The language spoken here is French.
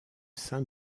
sein